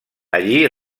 allí